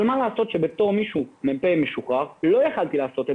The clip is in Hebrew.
אבל מה לעשות שכמ"פ משוחרר לא יכולתי לעשות את